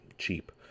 Cheap